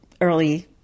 early